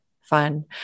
fun